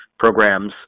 programs